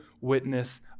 witness